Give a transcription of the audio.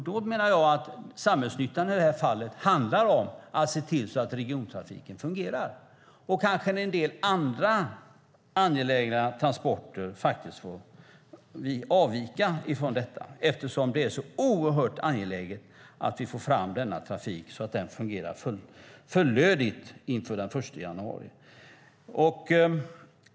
Då menar jag att samhällsnyttan i detta fall handlar om att se till att regiontrafiken fungerar och kanske att en del andra angelägna transporter får avvika från detta, eftersom det är så oerhört angeläget att vi får fram denna trafik så att den fungerar fullödigt inför den 1 januari.